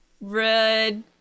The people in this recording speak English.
red